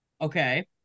Okay